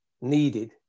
needed